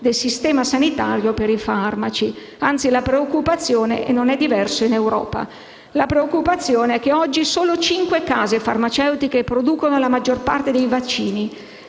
del sistema sanitario per i farmaci e la situazione non è diversa in Europa. La preoccupazione è anzi che oggi solo 5 case farmaceutiche producono la maggior parte dei vaccini,